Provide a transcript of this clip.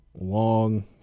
long